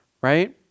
right